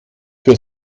für